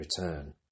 return